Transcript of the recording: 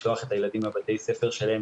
אני רוצה לשים דגש על העבודה שלנו עם ההורים,